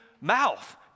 mouth